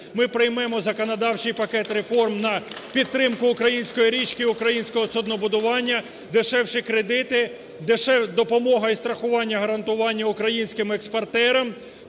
Ми приймемо законодавчий пакет реформ на підтримку української річки, українського суднобудування, дешевші кредити, допомогу і страхування, гарантування українським експортерам,